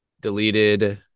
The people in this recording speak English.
deleted